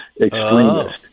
extremist